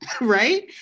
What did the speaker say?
right